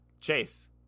Chase